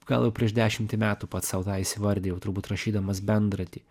gal jau prieš dešimtį metų pats sau tą įsivardijau turbūt rašydamas bendratį